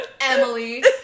Emily